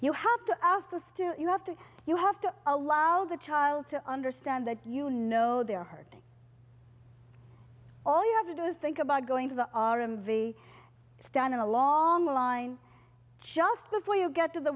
you have to ask those do you have to you have to allow the child to understand that you know they're hurting all you have to do is think about going to the m v stand in a long line just before you get to the